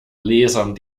lesern